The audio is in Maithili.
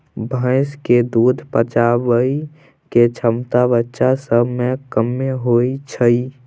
भैंस के दूध पचाबइ के क्षमता बच्चा सब में कम्मे होइ छइ